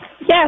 Yes